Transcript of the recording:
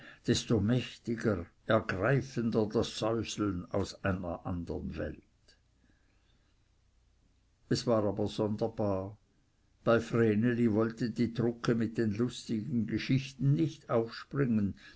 desto mächtiger ergreifender das säuseln aus einer andern welt es war aber sonderbar bei vreneli wollte die drucke mit den lustigen geschichten nicht aufspringen